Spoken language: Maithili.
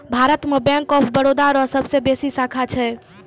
भारत मे बैंक ऑफ बरोदा रो सबसे बेसी शाखा छै